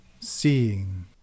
seeing